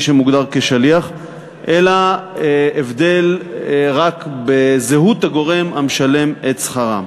שמוגדר כשליח אלא הבדל רק בזהות הגורם המשלם את שכרם.